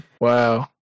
Wow